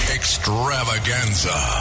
Extravaganza